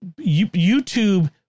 YouTube